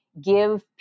give